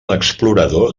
explorador